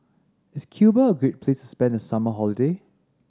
is Cuba a great place spend the summer holiday